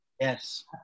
Yes